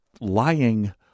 lying